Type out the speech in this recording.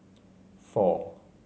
four